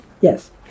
Yes